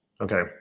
Okay